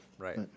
Right